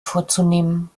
vorzunehmen